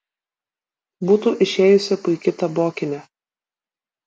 būtų išėjusi puiki tabokinė